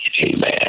Amen